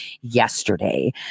yesterday